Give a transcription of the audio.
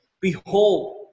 Behold